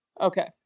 okay